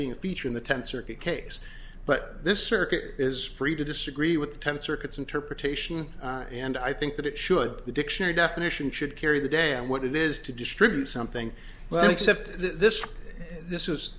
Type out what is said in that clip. being a feature in the tenth circuit case but this circuit is free to disagree with the ten circuits interpretation and i think that it should the dictionary definition should carry the day on what it is to distribute something well except this this is